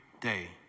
day